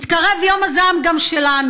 מתקרב גם יום הזעם שלנו.